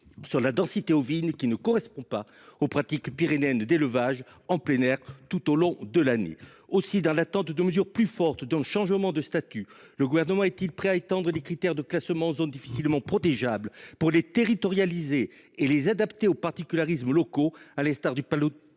sur la densité ovine, ce qui ne correspond pas aux pratiques pyrénéennes d’élevage en plein air tout au long de l’année. Aussi, dans l’attente de mesures plus fortes, comme le changement de statut, le Gouvernement est il prêt à étendre les critères de classement en zone difficilement protégeable pour les territorialiser et les adapter aux particularismes locaux, à l’instar du pastoralisme